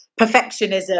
perfectionism